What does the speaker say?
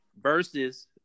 versus